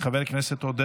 חבר הכנסת אבי מעוז,